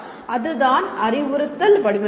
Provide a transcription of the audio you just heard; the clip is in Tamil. அதுதான் அறிவுறுத்தல் வடிவமைப்பு